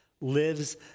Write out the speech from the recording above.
lives